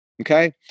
Okay